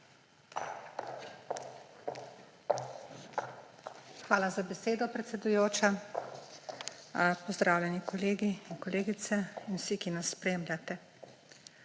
Hvala za besedo, predsedujoča. Pozdravljeni kolegi, kolegice in vsi, ki nas spremljate!